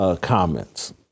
comments